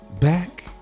back